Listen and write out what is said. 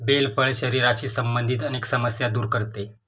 bell फळ शरीराशी संबंधित अनेक समस्या दूर करते